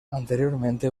anteriormente